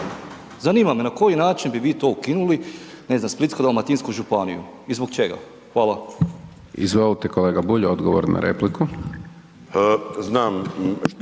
Zanima me na koji način bi vi to ukinuli, ne znam, Splitsko-dalmatinsku županiju i zbog čega? Hvala. **Hajdaš Dončić, Siniša (SDP)** Izvolite, kolega Bulj, odgovor na repliku.